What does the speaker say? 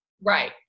Right